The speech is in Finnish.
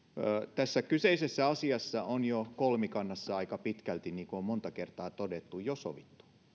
tässä kyseisessä asiassa on kolmikannassa aika pitkälti jo sovittu niin kuin on monta kertaa todettu